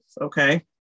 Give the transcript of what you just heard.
okay